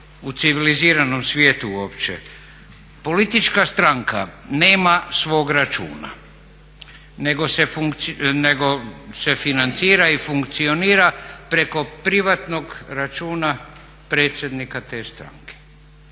u civiliziranom svijetu uopće. Politička stranka nema svog računa nego se financira i funkcionira preko privatnog računa predsjednika te stranke.